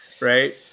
right